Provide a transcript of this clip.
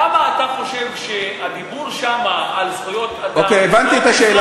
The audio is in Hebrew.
למה אתה חושב שהדיבור שם על זכויות אדם הוא